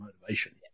motivation